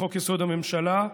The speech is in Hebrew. לחוק-יסוד: הממשלה,